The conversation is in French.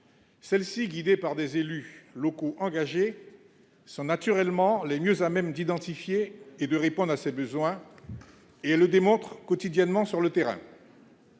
Celles-ci, guidées par des élus locaux engagés, sont naturellement les mieux à même d'identifier et de répondre à ces besoins, comme elles le démontrent quotidiennement sur le terrain.